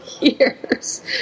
years